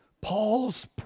Paul's